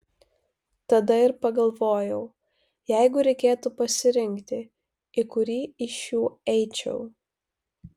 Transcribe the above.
tada ir pagalvojau jeigu reikėtų pasirinkti į kurį iš šių eičiau